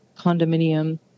condominium